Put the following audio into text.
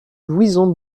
louison